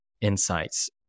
insights